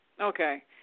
Okay